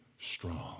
strong